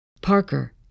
Parker